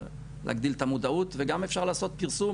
להגדיל את המודעות וגם אפשר לעשות פרסום,